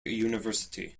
university